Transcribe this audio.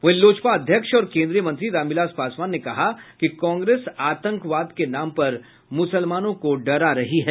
वहीं लोजपा अध्यक्ष और केन्द्रीय मंत्री रामविलास पासवान ने कहा कि कांग्रेस आतंकवाद के नाम पर मुसलमानों को डरा रही है